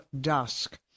Dusk